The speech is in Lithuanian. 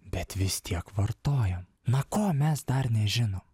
bet vis tiek vartojam na ko mes dar nežinom